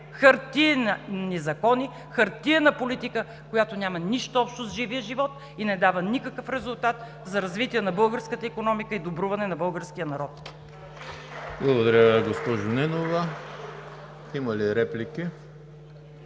хартиени закони, хартиена политика, която няма нищо общо с живия живот и не дава никакъв резултат за развитие на българската икономика и добруване на българския народ. (Ръкопляскания от „БСП